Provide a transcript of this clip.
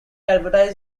advertised